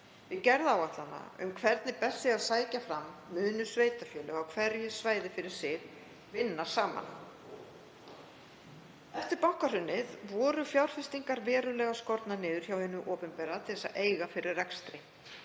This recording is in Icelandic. Við gerð áætlana um hvernig best sé að sækja fram munu sveitarfélög á hverju svæði fyrir sig vinna saman. Eftir bankahrunið 2008 voru fjárfestingar verulega skornar niður hjá hinu opinbera til að eiga fyrir rekstri.